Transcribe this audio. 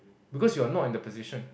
cause you are not in the position